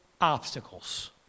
obstacles